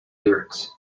lyrics